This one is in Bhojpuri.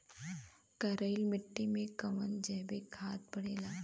करइल मिट्टी में कवन जैविक खाद पड़ेला?